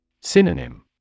Synonym